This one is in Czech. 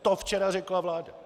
To včera řekla vláda.